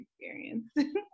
experience